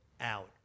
out